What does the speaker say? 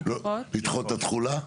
לדחות את התחולה?